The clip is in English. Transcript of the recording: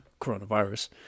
coronavirus